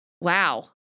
wow